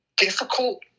difficult